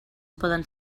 poden